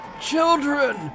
Children